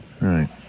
right